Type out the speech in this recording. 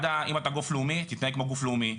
מד"א אם אתה גוף לאומי, תתנהג כמו גוף לאומי.